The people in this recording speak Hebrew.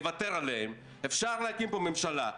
אפשר להקים פה ממשלה,